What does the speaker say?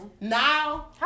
now